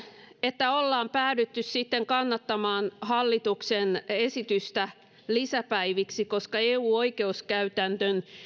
että ollaan päädytty sitten kannattamaan hallituksen esitystä lisäpäiviksi koska eu oikeuskäytännön